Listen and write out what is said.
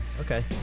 Okay